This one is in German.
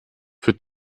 für